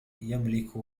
يملك